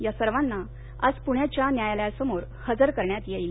या सर्वाना आज पुण्याच्या न्यायालयासमोर हजर करण्यात येईल